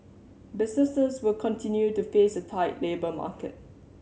businesses will continue to face a tight labour market